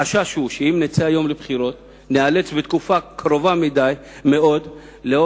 החשש הוא שאם נצא היום לבחירות ניאלץ בתקופה קרובה מאוד לאור